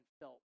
felt